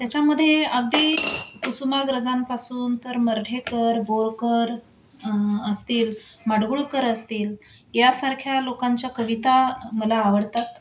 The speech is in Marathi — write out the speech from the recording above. त्याच्यामध्ये अगदी कुसुमाग्रजांपासून तर मर्ढेकर बोरकर असतील माडगुळकर असतील यासारख्या लोकांच्या कविता मला आवडतात